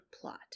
plot